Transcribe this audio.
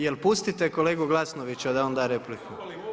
Jel pustite kolegu Glasnoviću da on da repliku?